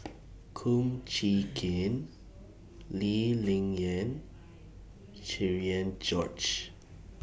Kum Chee Kin Lee Ling Yen Cherian George